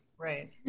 right